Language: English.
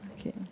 Okay